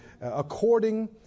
according